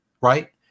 Right